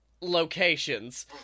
locations